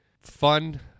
fun-